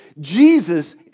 Jesus